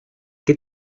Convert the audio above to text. qué